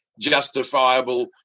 justifiable